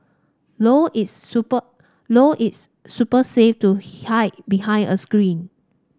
low its super low its super safe to hide behind a screen